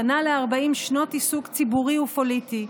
פנה ל-40 שנות עיסוק ציבורי ופוליטי,